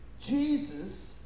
Jesus